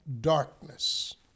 darkness